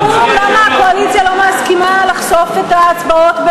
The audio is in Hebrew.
כן, פשוט השרה קצת האטה את קצת הדיבור שלי.